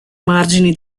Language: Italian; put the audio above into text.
margini